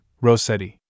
Rossetti